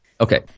Okay